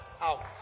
Out